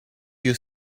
your